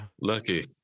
Lucky